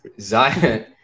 Zion